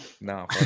No